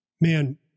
Man